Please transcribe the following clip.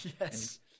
yes